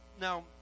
now